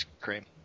cream